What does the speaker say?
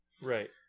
Right